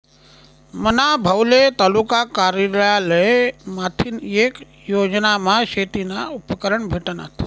मना भाऊले तालुका कारयालय माथीन येक योजनामा शेतीना उपकरणं भेटनात